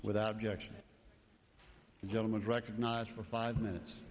without objection gentleman's recognized for five minutes